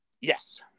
Yes